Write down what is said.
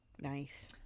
nice